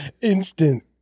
instant